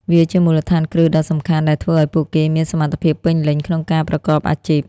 វាជាមូលដ្ឋានគ្រឹះដ៏សំខាន់ដែលធ្វើឱ្យពួកគេមានសមត្ថភាពពេញលេញក្នុងការប្រកបអាជីព។